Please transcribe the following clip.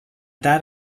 that